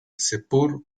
seppur